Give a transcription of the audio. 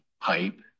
pipe